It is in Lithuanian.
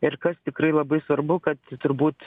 ir kas tikrai labai svarbu kad turbūt